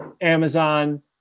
Amazon